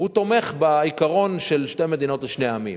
תומך בעיקרון של שתי מדינות לשני עמים,